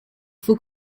faut